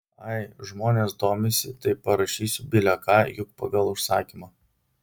ai žmonės domisi tai parašysiu bile ką juk pagal užsakymą